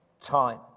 time